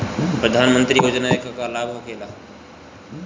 प्रधानमंत्री योजना से का लाभ होखेला?